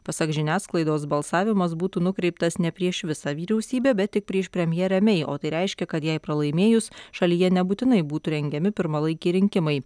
pasak žiniasklaidos balsavimas būtų nukreiptas ne prieš visą vyriausybę bet tik prieš premjerę mei o tai reiškia kad jai pralaimėjus šalyje nebūtinai būtų rengiami pirmalaikiai rinkimai